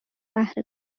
بهر